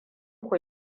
ku